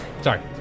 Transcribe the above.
Sorry